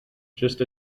just